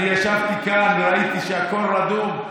אני ישבתי כאן וראיתי שהכול רדום.